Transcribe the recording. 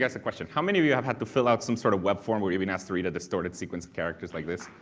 yeah question how many of you have had to fill out some sort of web form or even has to read a distorted sequence of characters like this?